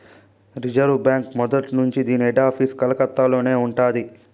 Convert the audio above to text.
reserve బాంకీ మొదట్నుంచీ దీన్ని హెడాపీసు కలకత్తలోనే ఉండాది